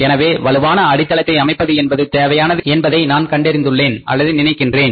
எனவே வலுவான அடித்தளத்தை அமைப்பது என்பது தேவையானது என்பதை நான் கண்டறிந்துள்ளேன் அல்லது நினைக்கின்றேன்